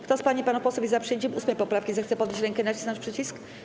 Kto z pań i panów posłów jest za przyjęciem 8. poprawki, zechce podnieść rękę i nacisnąć przycisk.